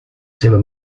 seva